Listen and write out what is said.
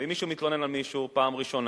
ואם מישהו מתלונן על מישהו פעם ראשונה,